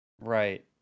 Right